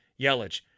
Yelich